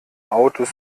autos